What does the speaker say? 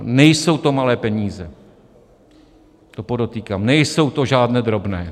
Nejsou to malé peníze, to podotýkám, nejsou to žádné drobné.